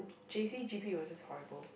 J_C G_P was just horrible